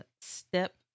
step